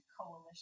coalition